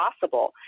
possible